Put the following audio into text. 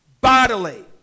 Bodily